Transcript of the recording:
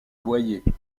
boyer